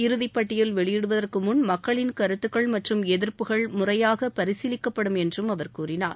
இறதிப் பட்டியல் வெளியிடுவதற்கு முன் மக்களின் கருத்துக்கள் மற்றும் எதிர்ப்புகள் முறையாக பரிசீலிக்கப்படும் என்றும் அவர் கூறினார்